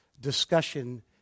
discussion